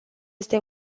este